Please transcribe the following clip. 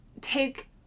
Take